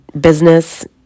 Business